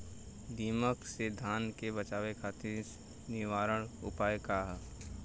दिमक से धान के बचावे खातिर निवारक उपाय का ह?